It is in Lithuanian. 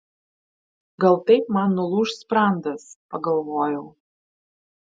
gal taip man nulūš sprandas pagalvojau